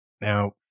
Now